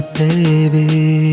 baby